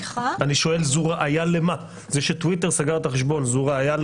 זה שטוויטר סגר את החשבון זו ראייה